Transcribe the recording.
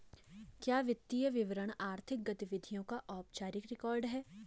क्या वित्तीय विवरण आर्थिक गतिविधियों का औपचारिक रिकॉर्ड है?